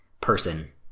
person